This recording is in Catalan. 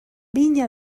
vinya